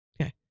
Okay